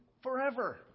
Forever